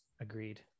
Agreed